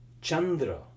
Chandra